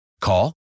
Call